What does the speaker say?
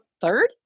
third